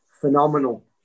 phenomenal